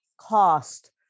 cost